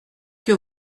que